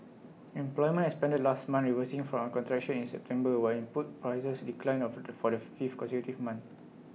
employment expanded last month reversing from A contraction in September while input prices declined of for the fifth consecutive month